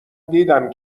دیدم